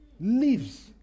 lives